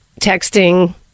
texting